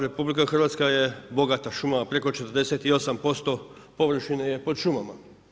RH je bogata šumama preko 48% površine je pod šumama.